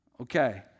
Okay